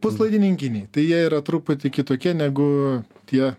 puslaidininkiniai tai jie yra truputį kitokie negu tie